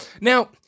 Now